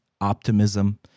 optimism